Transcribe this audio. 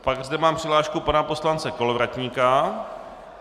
Pak zde mám přihlášku pana poslance Kolovratníka.